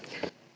Hvala.